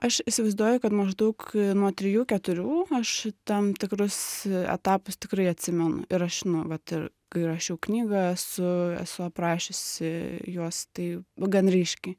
aš įsivaizduoju kad maždaug nuo trijų keturių aš tam tikrus etapus tikrai atsimenu ir aš nu vat ir kai rašiau knygą esu esu aprašiusi juos tai gan ryškiai